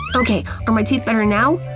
okay, are my teeth better now?